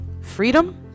freedom